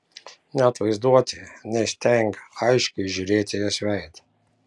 net vaizduotėje neįstengiu aiškiai įžiūrėti jos veido